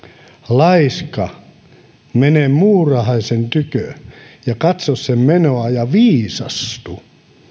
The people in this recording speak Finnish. laiska mene muurahaisen tykö ja katso sen menoa ja viisastu